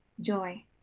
joy